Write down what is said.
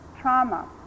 trauma